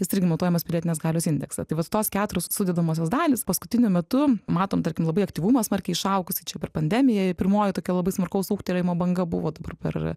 jis irgi matuojamas pilietinės galios indekse tai vat tos keturios sudedamosios dalys paskutiniu metu matom tarkim labai aktyvumą smarkiai išaugusį čia per pandemiją pirmoji tokia labai smarkaus ūgtelėjimo banga buvo dabar per